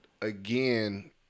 again